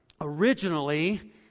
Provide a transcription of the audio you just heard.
originally